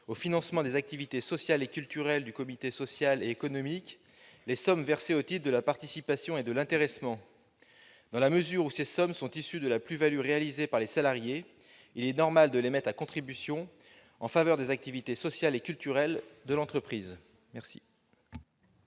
au financement des activités sociales et culturelles du comité social et économique les sommes versées au titre de la participation et de l'intéressement. Dans la mesure où ces sommes sont issues de la plus-value réalisée par les salariés, il est normal de les mettre à contribution en faveur des activités sociales et culturelles de l'entreprise. Quel